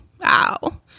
Wow